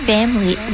Family